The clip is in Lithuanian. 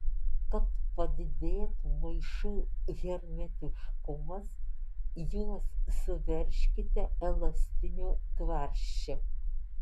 kad padidėtų maišų hermetiškumas juos suveržkite elastiniu tvarsčiu